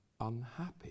unhappy